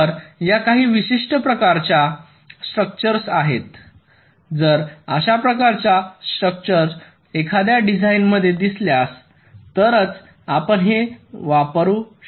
तर या काही विशिष्ट प्रकारच्या स्ट्रक्चर आहेत जर अशा प्रकारच्या स्ट्रक्चर एखाद्या डिझाइनमध्ये दिसल्या तरच आपण हे वापरू शकता